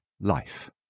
life